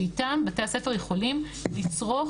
שאיתם בתי הספר יכולים לצרוך,